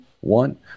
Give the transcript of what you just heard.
one